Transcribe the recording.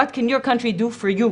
שלום לכולם,